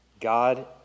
God